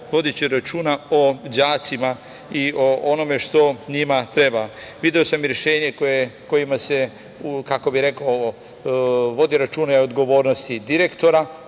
vodeći računa o đacima i o onome što njima treba. Video sam i rešenje kojima se, kako bih rekao ovo, vodi računa i o odgovornosti direktora,